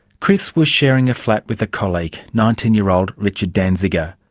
chris was sharing a flat with a colleague, nineteen year old richard danziger.